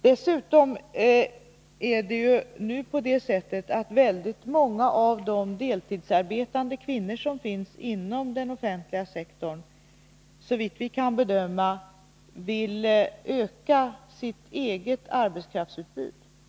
Dessutom är det nu på det sättet att många av de deltidsarbetande kvinnor som finns inom den offentliga sektorn, såvitt vi kan bedöma, vill öka sitt eget arbetskraftsutbud.